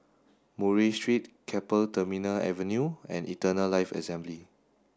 Murray Street Keppel Terminal Avenue and Eternal Life Assembly